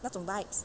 那种 vibes